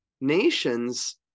nations